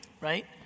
right